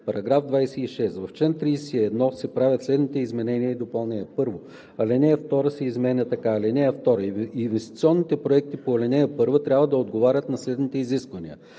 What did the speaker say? § 26: „§ 26. В чл. 31 се правят следните изменения и допълнения: 1. Алинея 2 се изменя така: „(2) Инвестиционните проекти по ал. 1 трябва да отговарят на следните изисквания: